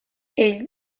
ell